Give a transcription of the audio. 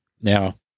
Now